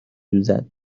دوزد